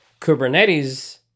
Kubernetes